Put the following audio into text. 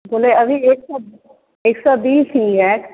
बोले अभी एक सो एक सौ बीस लिए हैं